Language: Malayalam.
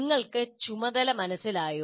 നിങ്ങൾക്ക് ചുമതല മനസ്സിലായോ